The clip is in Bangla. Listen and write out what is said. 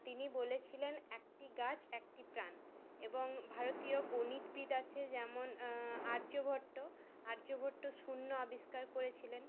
তিনি বলেছিলেন একটি গাছ একটি প্রাণ এবং ভারতীয় গণিতবিদ আছে যেমন আর্যভট্ট আর্যভট্ট শূণ্য আবিষ্কার করেছিলেন